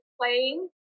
playing